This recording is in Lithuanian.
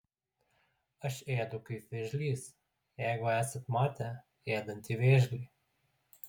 aš ėdu kaip vėžlys jeigu esat matę ėdantį vėžlį